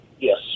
Yes